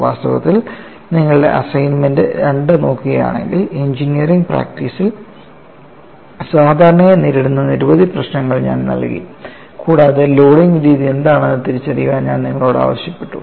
വാസ്തവത്തിൽ നിങ്ങളുടെ അസൈൻമെന്റ് രണ്ട് നോക്കുകയാണെങ്കിൽ എഞ്ചിനീയറിംഗ് പ്രാക്ടീസിൽ സാധാരണയായി നേരിടുന്ന നിരവധി പ്രശ്നങ്ങൾ ഞാൻ നൽകി കൂടാതെ ലോഡിംഗ് രീതി എന്താണെന്ന് തിരിച്ചറിയാൻ ഞാൻ നിങ്ങളോട് ആവശ്യപ്പെട്ടു